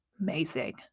amazing